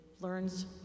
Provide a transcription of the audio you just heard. learns